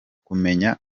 kumenya